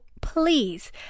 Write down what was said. please